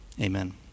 Amen